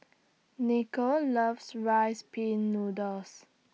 Nicole loves Rice Pin Noodles